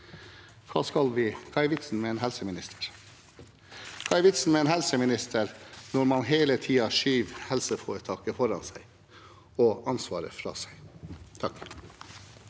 Hva er vitsen med en helseminister når han hele tiden skyver helseforetaket foran seg og ansvaret fra seg? Olaug